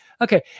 okay